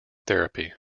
therapy